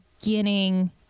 beginning